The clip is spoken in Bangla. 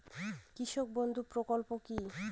কৃষক বন্ধু প্রকল্প কি?